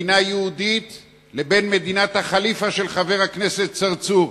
יש הבדל בין מדינה יהודית לבין מדינת הח'ליפה של חבר הכנסת צרצור.